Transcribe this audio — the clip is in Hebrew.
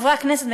חברי הכנסת,